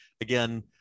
again